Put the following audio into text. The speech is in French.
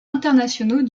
internationaux